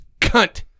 cunt